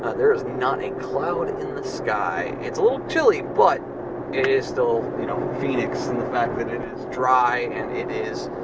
there is not a cloud in the sky. it's a little chilly, but it is still you know phoenix in the fact that it is dry and it is,